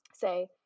Say